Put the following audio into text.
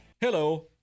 Hello